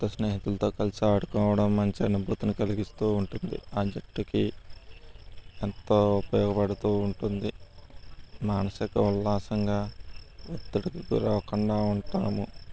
కొత్త స్నేహితులతో కలిసి ఆడుకోవడం మంచి అనుభూతిని కలిగిస్తూ ఉంటుంది అన్నిటికి ఎంతో ఉపయోగపడుతూ ఉంటుంది మానసిక ఉల్లాసంగా ఒత్తిడికి గురవ్వకుండా ఉంటాము